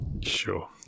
Sure